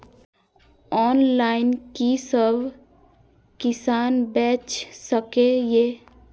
Online कि सब किसान बैच सके ये?